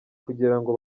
kugirango